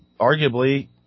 arguably